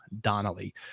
donnelly